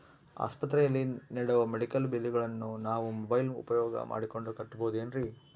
ಆಸ್ಪತ್ರೆಯಲ್ಲಿ ನೇಡೋ ಮೆಡಿಕಲ್ ಬಿಲ್ಲುಗಳನ್ನು ನಾವು ಮೋಬ್ಯೆಲ್ ಉಪಯೋಗ ಮಾಡಿಕೊಂಡು ಕಟ್ಟಬಹುದೇನ್ರಿ?